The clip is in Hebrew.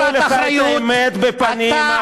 סוף-סוף אמרו לך את האמת בפנים, אחמד.